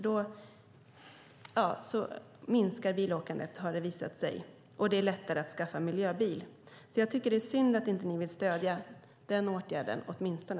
Det minskar bilåkandet, och det är lättare att skaffa miljöbil. Jag tycker att det är synd att ni inte åtminstone vill stödja den åtgärden.